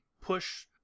push